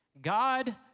God